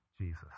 Jesus